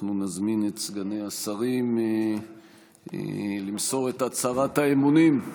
אנחנו נזמין את סגני השרים למסור את הצהרת האמונים.